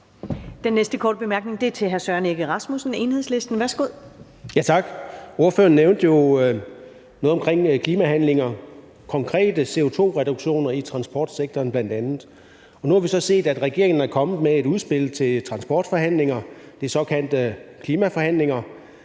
Den næste korte bemærkning er fra hr. Søren Egge Rasmussen, Enhedslisten. Værsgo. Kl. 14:09 Søren Egge Rasmussen (EL): Tak. Ordføreren nævnte noget om klimaforhandlinger, bl.a. konkrete CO2-reduktioner i transportsektoren. Nu har vi så set, at regeringen er kommet med et udspil til transportforhandlinger, de såkaldte klimaforhandlinger,